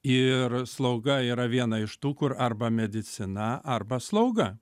ir slauga yra viena iš tų kur arba medicina arba slauga